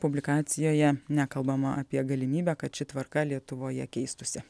publikacijoje nekalbama apie galimybę kad ši tvarka lietuvoje keistųsi